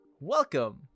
welcome